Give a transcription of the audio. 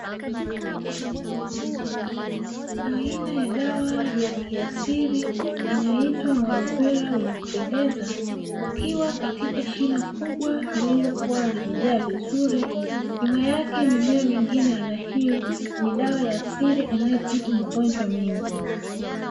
Aina ya dawa ya kiasili inaitwa mualovera wenye kupendeza; ukiwa katika shina kubwa lililokuwa limejaa vizuri, nyuma yake mimea mengine ya aina hiyo ni dawa ya asili inayotibu magonjwa mengi.